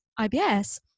IBS